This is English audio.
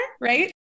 right